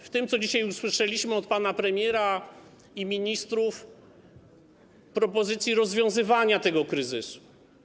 W tym, co dzisiaj usłyszeliśmy od pana premiera i ministrów, zabrakło propozycji rozwiązywania tego kryzysu.